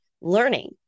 learning